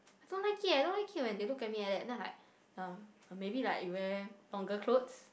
I don't like it eh I don't like it when they look at me like that then I like uh maybe like you wear longer clothes